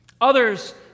Others